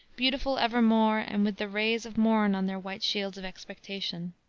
beautiful evermore and with the rays of morn on their white shields of expectation.